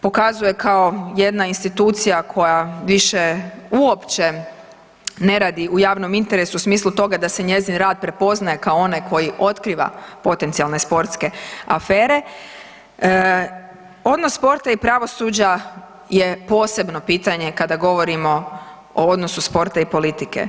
pokazuje kao jedna institucija koja više uopće ne radi u javnom interesu u smislu toga da se njezin rad prepoznaje kao onaj koji otkriva potencijalne sportske afere odnos sporta i pravosuđa je posebno pitanje kada govorimo o odnosu sporta i politike.